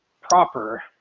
proper